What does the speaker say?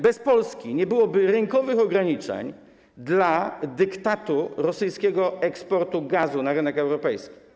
Bez Polski nie byłoby rynkowych ograniczeń dla dyktatu rosyjskiego eksportu gazu na rynek europejski.